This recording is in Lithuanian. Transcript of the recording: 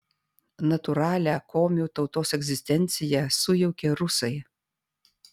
natūralią komių tautos egzistenciją sujaukė rusai